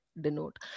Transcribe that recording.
Denote